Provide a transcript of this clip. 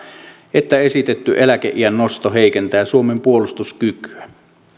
että esitetty eläkeiän nosto heikentää suomen puolustuskykyä